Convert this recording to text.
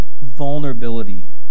vulnerability